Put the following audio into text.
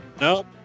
No